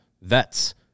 vets